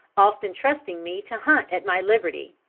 often trusting me to hunt at my liberty.